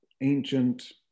ancient